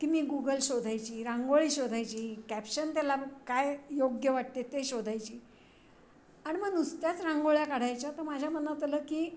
की मी गुगल शोधायची रांगोळी शोधायची कॅप्शन त्याला काय योग्य वाटते ते शोधायची आणि मग नुसत्याच रांगोळ्या काढायच्या तर माझ्या मनात आलं की